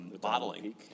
bottling